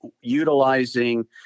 utilizing